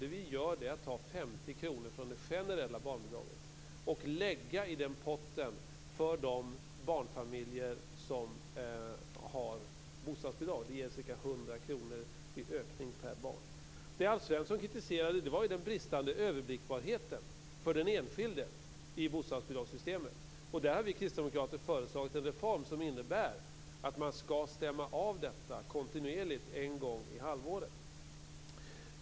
Det som vi gör är att ta 50 kr från det generella barnbidraget och lägga i potten för de barnfamiljer som har bostadsbidrag. Det ger ca 100 kr i ökning per barn. Det som Alf Svensson kritiserade var ju den bristande överblickbarheten för den enskilde i bostadsbidragssystemet. Och vi kristdemokrater har föreslagit en reform som innebär att man skall stämma av detta kontinuerligt en gång i halvåret.